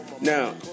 Now